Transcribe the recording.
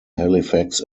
halifax